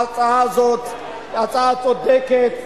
ההצעה הזאת היא הצעה צודקת,